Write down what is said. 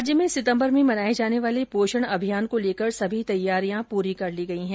राज्य में सितम्बर में मनाये जाने वाले पोषण अभियान को लेकर सभी तैयारियां पूरी कर ली गई हैं